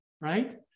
Right